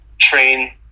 train